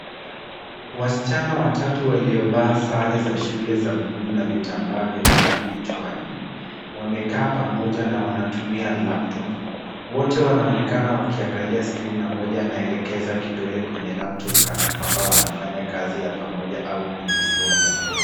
Wasichana watatu waliovaa sare za buluu za shule na vitambaa vyekundu vichwani wamekaa pamoja na wanatumia laptop . Wote wanaonekana wakiangalia skrini na mmoja anaelekeza kidole kwenye laptop kana kwamba wanafanya kazi ya pamoja au kujifunza.